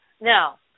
Now